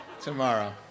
tomorrow